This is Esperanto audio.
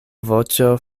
voĉo